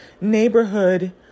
neighborhood